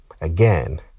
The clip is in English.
again